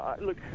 look